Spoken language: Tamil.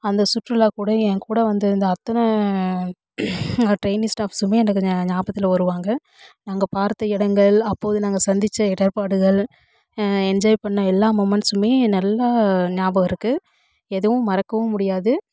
அந்த சுற்றுலா கூட என் கூட வந்திருந்த அத்தனை ட்ரெனிங்ஸ் ஸ்டாஃப்ஸ்ஸுமே எனக்கு ஞாபகத்தில் வருவாங்க நாங்கள் பார்த்த இடங்கள் அப்போது நாங்கள் சந்தித்த இடர்பாடுகள் என்ஜாய் பண்ண எல்லா மூமெண்ட்ஸ்மே நல்லா ஞாபகம் இருக்குது எதுவும் மறக்கவும் முடியாது